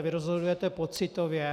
Vy rozhodujete pocitově.